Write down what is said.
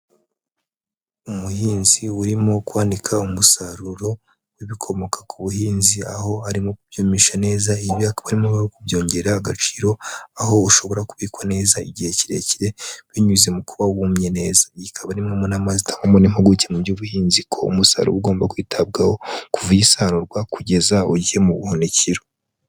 Umuhinzi urimo kwanika umusaruro w'ibikomoka ku buhinzi, aho arimo kubyumisha neza; ibi akaba arimo kubyongerera agaciro, aho ushobora kubikwa neza igihe kirekire binyuze mu kuba wumye neza. Iyi ikaba arimwe mu nama itangwa n'impuguke mu by'ubuhinzi ko umusaruro ugomba kwitabwaho kuva ugisarurwa kugeza ugiye mu buhunikiro.